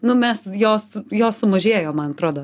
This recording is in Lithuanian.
nu mes jos jo sumažėjo man atrodo